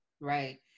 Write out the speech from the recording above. Right